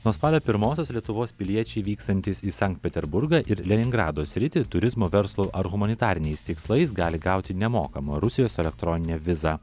nuo spalio pirmosios lietuvos piliečiai vykstantys į sankt peterburgą ir leningrado sritį turizmo verslo ar humanitariniais tikslais gali gauti nemokamą rusijos elektroninę vizą